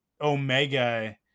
Omega